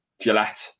Gillette